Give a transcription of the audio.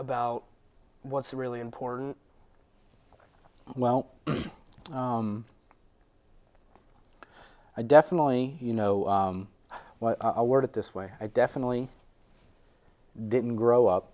about what's really important well i definitely you know what i work at this way i definitely didn't grow up